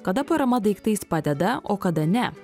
kada parama daiktais padeda o kada ne